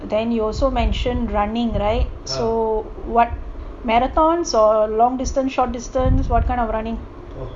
then you also mentioned running right so what marathons or long distance short distance what kind of running